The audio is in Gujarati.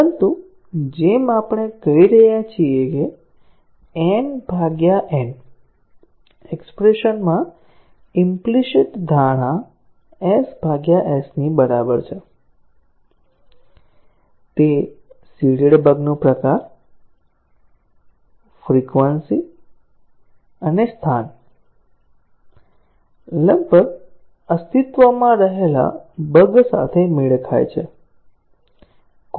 પરંતુ જેમ આપણે કહી રહ્યા છીએ કે n N એક્ષ્પ્રેશન માં ઈમ્પલીસીટ ધારણા s S ની બરાબર છે તે સીડેડ બગ નો પ્રકાર ફ્રિકવન્સી અને સ્થાન લગભગ અસ્તિત્વમાં રહેલા બગ સાથે મેળ ખાય છે